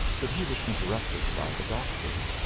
but he was interrupted by the doctor.